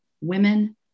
women